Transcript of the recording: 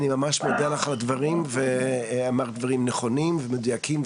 אני ממש מודה לך על הדברים ואמרת דברים נכונים ומדויקים,